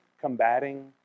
combating